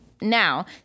Now